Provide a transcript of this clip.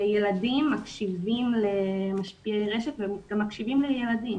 ילדים מקשיבים למשפיעי רשת ומקשיבים לילדים